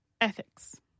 ethics